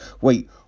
wait